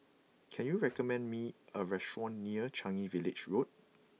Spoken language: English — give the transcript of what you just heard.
can you recommend me a restaurant near Changi Village Road